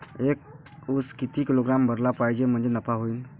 एक उस किती किलोग्रॅम भरला पाहिजे म्हणजे नफा होईन?